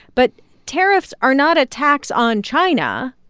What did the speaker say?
but tariffs are not a tax on china.